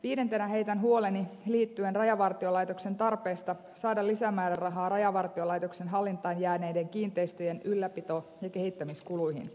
viidentenä heitän huoleni liittyen rajavartiolaitoksen tarpeeseen saada lisämäärärahaa rajavartiolaitoksen hallintaan jääneiden kiinteistöjen ylläpito ja kehittämiskuluihin